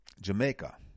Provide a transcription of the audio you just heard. Jamaica